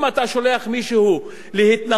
אם אתה שולח מישהו להתנחל,